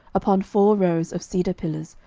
upon four rows of cedar pillars,